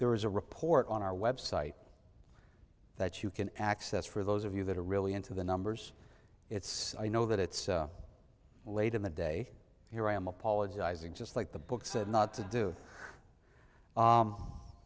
there is a report on our website that you can access for those of you that are really into the numbers it's i know that it's late in the day here i am apologizing just like the book said not to